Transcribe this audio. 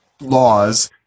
laws